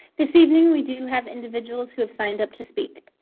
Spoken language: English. this evening? we do have individuals who have signed up to speak.